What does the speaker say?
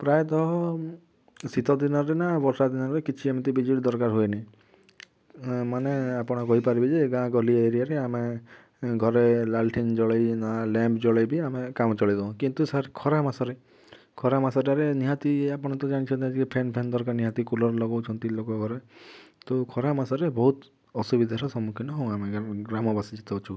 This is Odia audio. ପ୍ରାୟତଃ ଶୀତଦିନରେ ନା ବର୍ଷାଦିନରେ କିଛି ଏମିତି ବିଜୁଳି ଦରକାର ହୁଏନି ମାନେ ଆପଣ କହିପାରିବେ ଯେ ଗାଁଗହଳି ଏରିଆରେ ଆମେ ଘରେ ଲାନଟେନ୍ ଜଳାଇ ନା ଲ୍ୟାମ୍ପ ଜଳାଇ ବି ଆମେ କାମ ଚଳାଇ ଦଉ କିନ୍ତୁ ସାର୍ ଖରା ମାସଟାରେ ଖରା ମାସଟାରେ ନିହାତି ଆପଣ ତ ଜାଣିଛନ୍ତି ଆଜିକା ଫ୍ୟାନ୍ ଫ୍ୟାନ୍ ଦରକାର ନିହାତି କୁଲର୍ ଲଗାଉଛନ୍ତି ଲୋକ ଘରେ ତ ଖରା ମାସରେ ବହୁତ ଆସୁବିଧାର ସମ୍ମୁଖୀନ ହଉ ଆମେ ଗ୍ରାମବାସୀ ଯେତେ ଅଛୁ